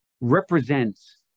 represents